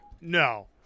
No